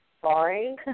sorry